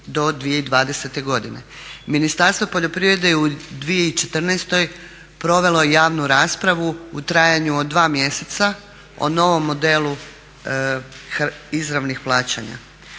Ministarstvo poljoprivreda je u 2014. provelo javnu raspravu u trajanju od dva mjeseca o novom modelu izravnih plaćanja.